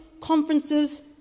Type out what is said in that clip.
conferences